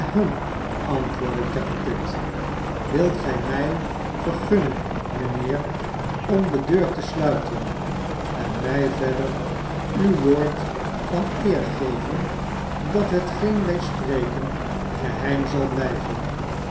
sahem antwoordde tappertit wilt gij mij vergunnen mijnheer ora de deur te sluiten en mij verder uw woord van eer geven dat hetgeen wij spreken geheim zal blijven